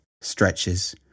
stretches